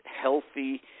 healthy